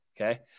okay